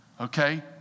okay